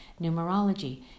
numerology